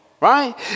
right